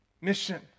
mission